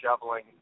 shoveling